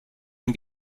ein